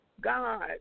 God